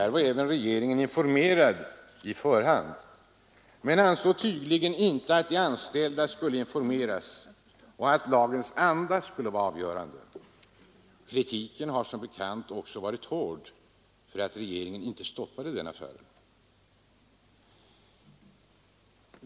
Regeringen var informerad på förhand, men den ansåg tydligen inte att de anställda skulle informeras och att lagens anda skulle vara avgörande. Kritiken har som bekant varit hård mot att regeringen inte stoppade den affären.